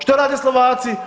Što rade Slovaci?